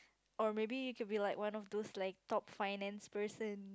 or maybe you could be like one of those like top finance person